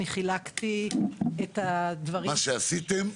מה עשיתם,